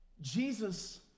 Jesus